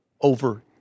over